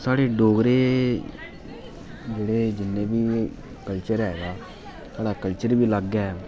साढ़े डोगरा जिन्ने बी साढ़ा कल्चर हेगा साढ़ा कल्चर बी अलग ऐ